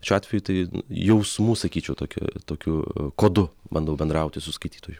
šiuo atveju tai jausmų sakyčiau tokiu tokiu kodu bandau bendrauti su skaitytoju